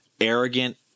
arrogant